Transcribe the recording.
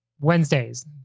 Wednesdays